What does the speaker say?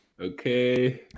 Okay